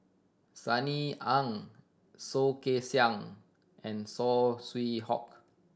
Sunny Ang Soh Kay Siang and Saw Swee Hock